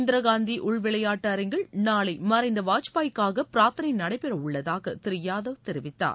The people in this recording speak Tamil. இந்திராகாந்தி உள்விளையாட்டு அரங்கில் நாளை மறைந்த வாஜ்பாய்க்காக பிராா்த்தனை நடைபெறவுள்ளதாக திரு யாதவ் தெரிவித்தார்